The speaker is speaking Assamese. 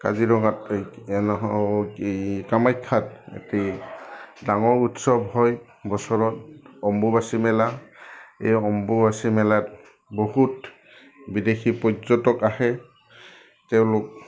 কাজিৰঙাত এই এই নহয় কি কামাখ্যাত এটি ডাঙৰ উৎসৱ হয় বছৰত অম্বুবাচী মেলা এই অম্বুবাচী মেলাত বহুত বিদেশী পৰ্যটক আহে তেওঁলোক